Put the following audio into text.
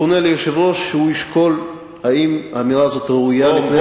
אז אני פונה ליושב-ראש שהוא ישקול אם האמירה הזאת ראויה לפני שאתה שואל,